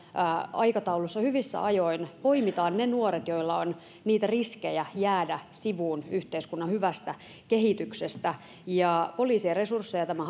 aikataulussa hyvissä ajoin poimitaan ne nuoret joilla on riskejä jäädä sivuun yhteiskunnan hyvästä kehityksestä poliisien resursseja tämä